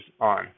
on